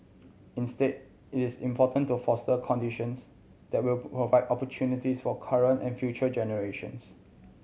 instead it is important to foster conditions that will provide opportunities for current and future generations